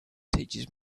teaches